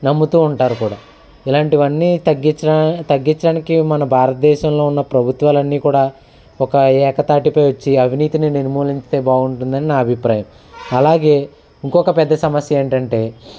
నమ్ముతూ ఉంటారు కూడా ఇలాంటివన్నీ తగ్గించ తగ్గిచ్చడానికి మన భారతదేశంలో ఉన్న ప్రభుత్వాలు అన్నీ కూడా ఒక ఏకతాటిపై వచ్చి అవినీతిని నిర్మూలించితే బాగుంటుందని నా అభిప్రాయం అలాగే ఇంకొక పెద్ద సమస్య ఏంటంటే